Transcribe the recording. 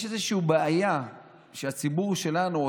יש איזושהי בעיה שהציבור שלנו,